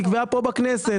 נקבעה פה בכנסת.